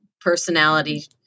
Personality